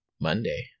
Monday